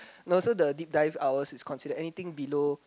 also the deep dive hours is consider anything below